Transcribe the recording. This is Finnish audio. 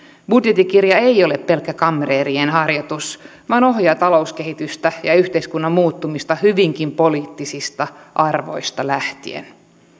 budjettikirja ei ole pelkkä kamreerien harjoitus vaan ohjaa talouskehitystä ja yhteiskunnan muuttumista hyvinkin poliittisista arvoista lähtien